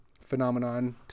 phenomenon